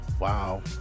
Wow